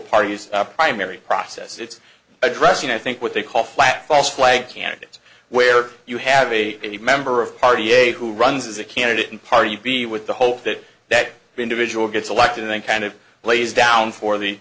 parties primary process it's addressing i think what they call flat false flag candidates where you have a member of party a who runs as a candidate and party with the hope that that individual gets elected and kind of lays down for the